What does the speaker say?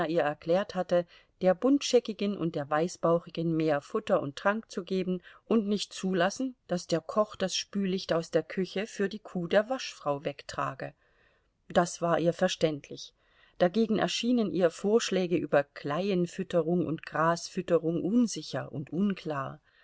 ihr erklärt hatte der buntscheckigen und der weißbauchigen mehr futter und trank zu geben und nicht zuzulassen daß der koch das spülicht aus der küche für die kuh der waschfrau wegtrage das war ihr verständlich dagegen erschienen ihr vorschläge über kleienfütterung und grasfütterung unsicher und unklar